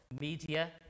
media